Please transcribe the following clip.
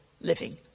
living